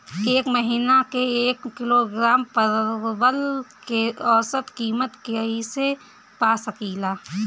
एक महिना के एक किलोग्राम परवल के औसत किमत कइसे पा सकिला?